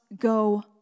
go